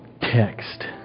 text